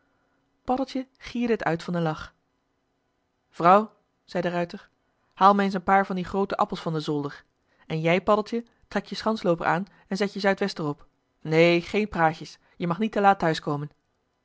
paddeltje gierde het uit van den lach vrouw zei de ruijter haal me eens een paar van die groote appels van den zolder en jij paddeltje trek je schanslooper aan en zet je zuidwester op neen geen praatjes je mag niet te laat